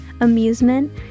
amusement